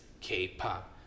K-pop